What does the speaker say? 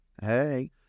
Hey